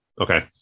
Okay